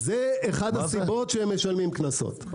זה אחת הסיבות שהם משלמים קנסות.